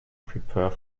prepare